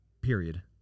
period